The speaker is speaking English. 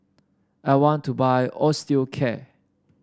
I want to buy Osteocare